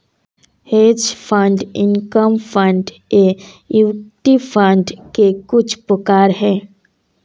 hedge fund income fund ये equity fund के कुछ प्रकार हैं